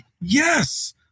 yes